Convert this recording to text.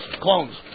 Clones